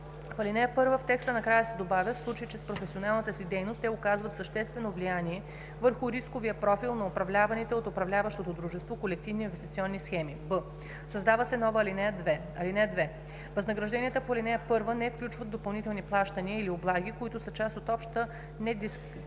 в ал. 1 в текста накрая се добавя „в случай че с професионалната си дейност те оказват съществено влияние върху рисковия профил на управляваните от управляващото дружество колективни инвестиционни схеми“; б)създава се нова ал. 2: „(2) Възнагражденията по ал. 1 не включват допълнителни плащания или облаги, които са част от обща недискреционна